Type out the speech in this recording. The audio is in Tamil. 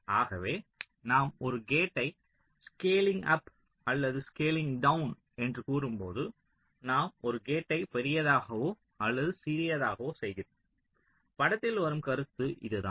ஆகவே நாம் ஒரு கேட்டை ஸ்கேலிங் அப் அல்லது ஸ்கேலிங் டவ்ன் என்று கூறும்போது நாம் ஒரு கேட்டை பெரிதாகவோ அல்லது சிறியதாகவோ செய்கிறோம் படத்தில் வரும் கருத்து இதுதான்